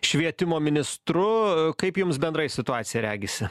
švietimo ministru kaip jums bendrai situacija regisi